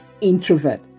Introvert